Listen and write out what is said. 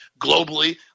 globally